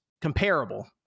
comparable